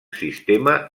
sistema